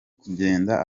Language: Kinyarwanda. kugenda